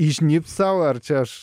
įžnybt sau ar čia aš